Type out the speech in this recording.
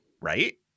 Right